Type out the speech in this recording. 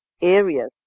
areas